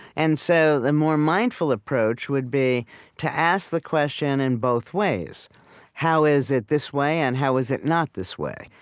and so the more mindful approach would be to ask the question in both ways how is it this way, and how is it not this way?